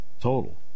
Total